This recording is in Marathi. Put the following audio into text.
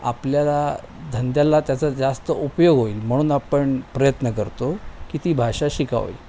आपल्याला धंद्याला त्याचा जास्त उपयोग होईल म्हणून आपण प्रयत्न करतो की ती भाषा शिकावी